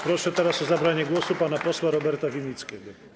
Proszę teraz o zabranie głosu pana posła Roberta Winnickiego.